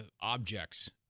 objects